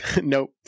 nope